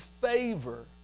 favor